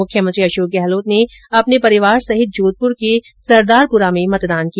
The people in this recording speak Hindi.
मुख्यमंत्री अशोक गहलोत ने अपने परिवार सहित जोधपुर के सरदारपुरा में मतदान किया